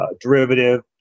derivative